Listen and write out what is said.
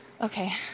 Okay